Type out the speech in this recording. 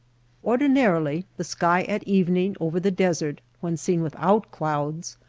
ordinarily the sky at evening over the desert, when seen without clouds,